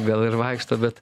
gal ir vaikšto bet